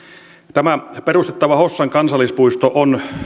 tämä perustettava hossan kansallispuisto on